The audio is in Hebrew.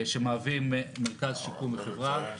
שמהווים מרכז שיקום וחברה.